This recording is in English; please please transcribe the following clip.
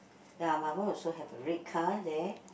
ya my one also have the red car there